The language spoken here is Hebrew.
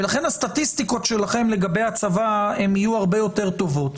ולכן הסטטיסטיקות שלכם לגבי הצבא יהיו הרבה יותר טובות.